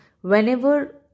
whenever